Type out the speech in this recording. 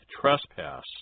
trespass